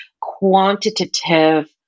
quantitative